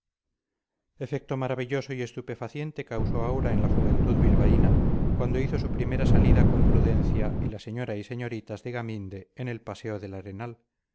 rabia efecto maravilloso y estupefaciente causó aura en la juventud bilbaína cuando hizo su primera salida con prudencia y la señora y señoritas de gaminde en el paseo del arenal